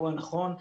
היא הנכונה,